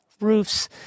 roofs